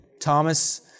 Thomas